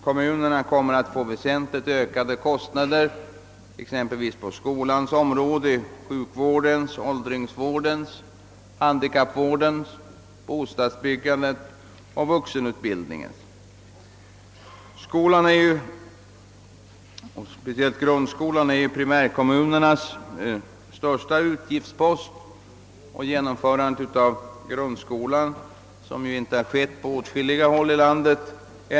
Kommunerna kommer att få väsentligt ökade kostnader exempelvis för skolan, sjukvården, åldringsvården, handikappvården, bostadsbyggandet och vuxenutbildningen. Skolan är primärkommunernas största utgiftspost. Grundskolan har ännu inte genomförts överallt i landet.